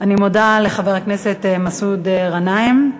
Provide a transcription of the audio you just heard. אני מודה לחבר הכנסת מסעוד גנאים.